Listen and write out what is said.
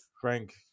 Frank